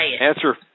Answer